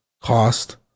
cost